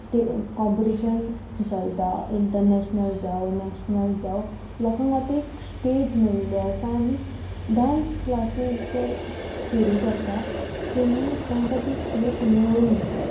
stay competition चलता international जावं national जावं लोकांक आतां एक स्टेज मेळ्ळी आसा आनी डांस क्लासीस जे सुरू करता तेमी तेंकां ती स्टेज मेळून दितात